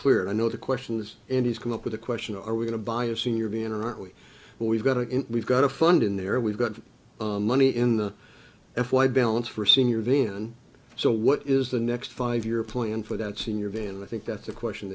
clear a know the questions and he's come up with a question are we going to buy a senior van or not we we've got a we've got a fund in there we've got money in the f y balance for senior van so what is the next five year plan for that senior van and i think that's a question